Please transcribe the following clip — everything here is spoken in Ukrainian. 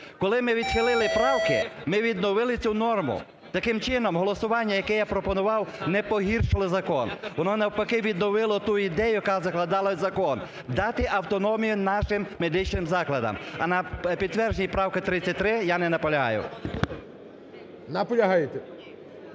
Коли ми відхили правки, ми відновили цю норму. Таким чином голосування, яке я пропонував, не погіршило закон, воно навпаки відновило ту ідею, яка закладалася в закон – дати автономію нашим медичним закладам. А на підтвердженні правки 33 я не наполягаю. ГОЛОВУЮЧИЙ.